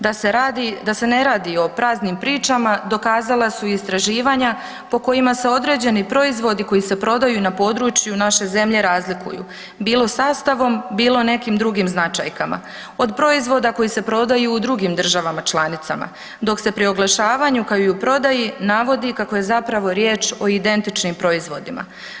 Da se ne radi o praznim pričama, dokazala su istraživanja po kojima se određeni proizvodi koji se prodaju na području naše zemlje razlikuju, bilo sastavom, bilo nekim drugim značajkama, od proizvoda koji se prodaju u drugim državama članicama, dok se pri oglašavanju, kao i u prodaji navodi kako je zapravo riječ o identičnim proizvodima.